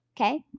Okay